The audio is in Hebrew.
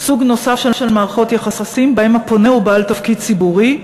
סוג נוסף של מערכות יחסים שבהן הפונה הוא בעל תפקיד ציבורי,